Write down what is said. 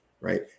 right